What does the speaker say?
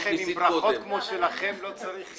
כפי שניסית קודם.